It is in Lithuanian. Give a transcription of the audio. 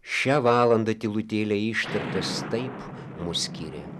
šią valandą tylutėliai ištartas taip mus skyrė